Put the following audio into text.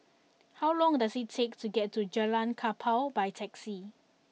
how long does it take to get to Jalan Kapal by taxi